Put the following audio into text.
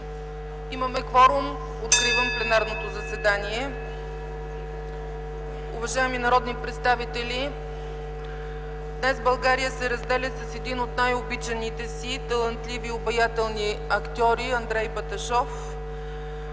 Имаме кворум – откривам пленарното заседание. Уважаеми народни представители, днес България се разделя с един от най-обичаните си талантливи и обаятелни актьори – Андрей Баташов.